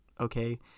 okay